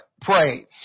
pray